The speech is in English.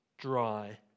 dry